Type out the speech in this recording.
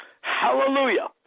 Hallelujah